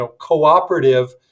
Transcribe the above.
cooperative